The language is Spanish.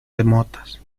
remotas